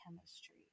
chemistry